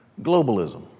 Globalism